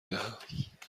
دهم